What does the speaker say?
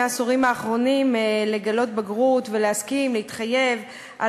העשורים האחרונים לגלות בגרות ולהסכים להתחייב על